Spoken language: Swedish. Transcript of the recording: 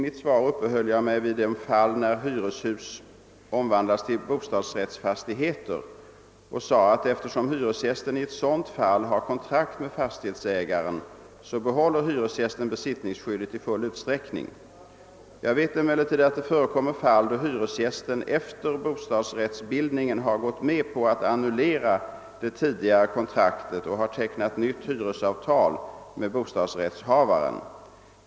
Jag uppehöll mig i mitt svar vid det fallet att hyreshus omvandlas till bostadsrättsfastigheter, och då sade jag att eftersom hyresgästen i sådant fall har kontrakt med fastighetsägaren behåller hyresgästen besittningsskyddet i full utsträckning. Jag vet dock att det förekommer fall där hyresgästen efter bostadsrättsbildningen har gått med på att annullera det tidigare kontraktet och har tecknat nytt hyresavtal med bostadsrättshavaren.